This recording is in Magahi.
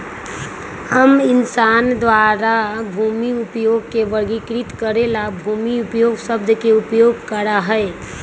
हम इंसान द्वारा भूमि उपयोग के वर्गीकृत करे ला भूमि उपयोग शब्द के उपयोग करा हई